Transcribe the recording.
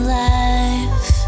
life